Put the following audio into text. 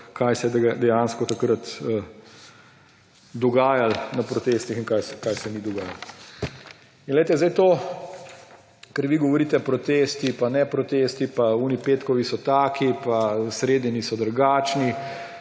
kaj se je dejansko takrat dogajalo na protestih in kaj se ni dogajalo. In glejte, zdaj to, kar vi govorite, protesti, pa ne protesti, pa oni petkovi so taki, pa sredini so drugačni,